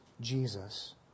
Jesus